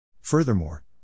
Furthermore